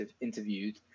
interviewed